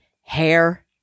hair